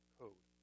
code